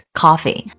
coffee